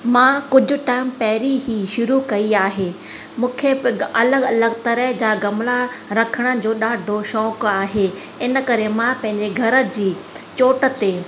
मां कुझु टाइम पहिरीं ई शुरू कई मूंखे अलॻि अलॻि तरह जा गमला रखण जो ॾाढो शौक़ु आहे ऐं इन करे मां पंहिंजे घर जी चोट ते